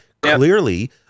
clearly –